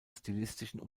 stilistischen